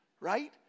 right